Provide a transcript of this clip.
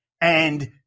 and-